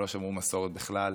שלא שמרו מסורת בכלל.